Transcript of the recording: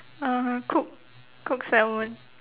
um cook cook salmon